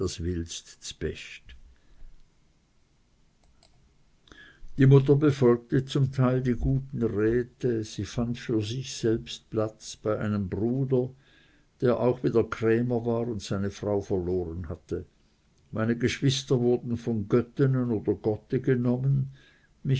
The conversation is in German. willst z'best die mutter befolgte zum teil die guten räte sie fand für sich selbst platz bei einem bruder der auch wieder krämer war und seine frau verloren hatte meine geschwister wurden von göttene oder gotten genommen